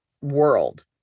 world